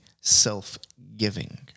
self-giving